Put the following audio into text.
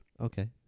Okay